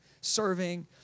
serving